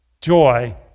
joy